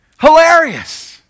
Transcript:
Hilarious